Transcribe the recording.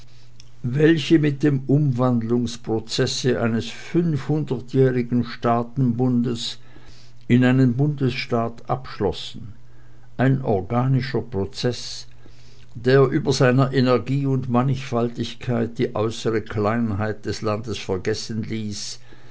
welche mit dem umwandlungsprozesse eines fünfhundertjährigen staatenbundes in einen bundesstaat abschlossen ein organischer prozeß der über seiner energie und mannigfaltigkeit die äußere kleinheit des landes vergessen ließ